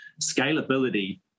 scalability